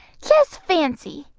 just fancy!